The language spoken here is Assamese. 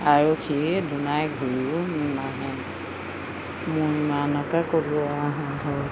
আৰু সি দুনাই ঘূৰিয়ো নাহে মই ইমানকে ক'লো আৰু